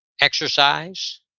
exercise